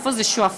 איפה זה שועפאט?